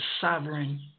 sovereign